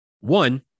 One